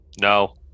No